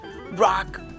Rock